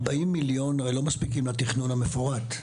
40 מיליון השקלים הרי לא מספיקים לתכנון המפורט.